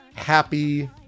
happy